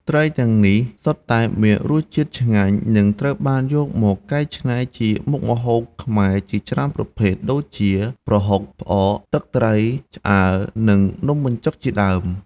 ត្រីទាំងនេះសុទ្ធតែមានរសជាតិឆ្ងាញ់ និងត្រូវបានយកមកកែច្នៃជាមុខម្ហូបខ្មែរជាច្រើនប្រភេទ ដូចជា ប្រហុក ផ្អក ទឹកត្រី ឆ្អើរ និងនំបញ្ចុកជាដើម។